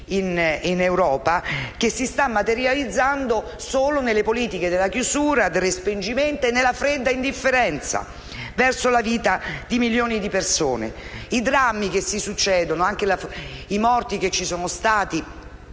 in Europa, che si sta materializzando solo nelle politiche della chiusura, del respingimento e nella fredda indifferenza verso la vita di milioni di persone. I drammi che si succedono e i morti annegati